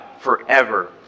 forever